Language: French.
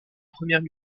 premières